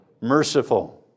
Merciful